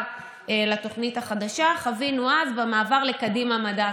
לתוכנית החדשה חווינו אז במעבר לקדימה מדע.